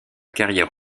carrière